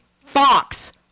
Fox